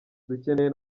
dukeneye